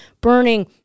burning